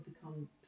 become